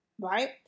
Right